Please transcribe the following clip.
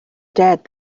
dead